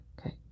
Okay